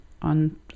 on